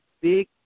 big